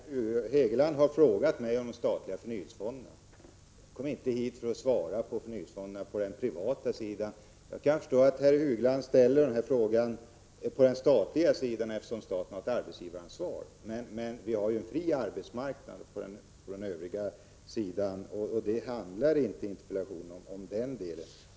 Herr talman! Låt mig kortfattat säga att Hugo Hegeland har frågat mig om de statliga förnyelsefonderna. Jag kom inte hit för att svara på frågor om förnyelsefonderna på den privata sidan. Jag kan förstå att herr Hegeland ställer dessa frågor beträffande den statliga sidan, eftersom staten har ett arbetsgivaransvar. Men vi har ju en fri arbetsmarknad på den privata sidan, och interpellationen handlar inte om den sidan.